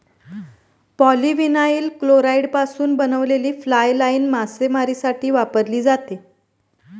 polyvinyl क्लोराईडपासून बनवलेली fly line मासेमारीसाठी वापरली जाते